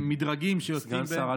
למדרגים, סגן שר.